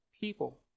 people